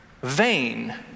vain